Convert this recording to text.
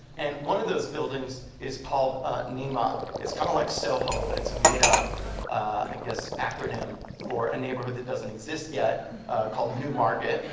and one of those buildings is called nema. it's kind of like soho, but it's a made up i guess acronym for a neighborhood that doesn't exist yet called new market.